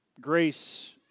Grace